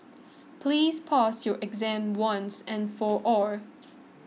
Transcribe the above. please pass your exam once and for all